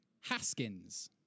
Haskins